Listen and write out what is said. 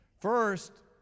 First